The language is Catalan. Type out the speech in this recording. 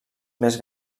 més